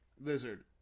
Lizard